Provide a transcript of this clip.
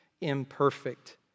imperfect